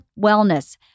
wellness